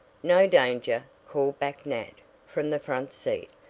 no danger, called back nat from the front seat.